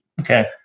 Okay